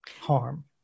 harm